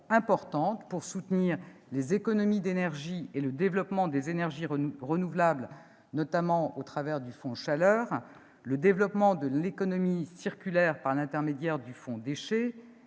pour soutenir les économies d'énergie et le développement des énergies renouvelables, notamment au travers du Fonds chaleur, le développement de l'économie circulaire par l'intermédiaire du Fonds déchets,